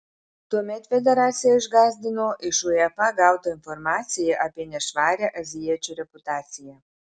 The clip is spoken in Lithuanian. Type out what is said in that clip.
tuomet federaciją išgąsdino iš uefa gauta informacija apie nešvarią azijiečių reputaciją